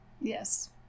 Yes